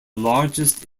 largest